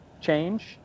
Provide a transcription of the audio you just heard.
change